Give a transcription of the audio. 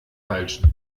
falschen